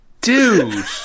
Dude